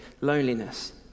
loneliness